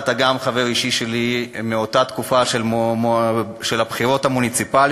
אתה גם חבר אישי שלי מאותה התקופה של הבחירות המוניציפליות,